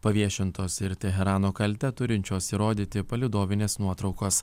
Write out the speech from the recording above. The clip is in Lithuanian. paviešintos ir teherano kaltę turinčios įrodyti palydovinės nuotraukos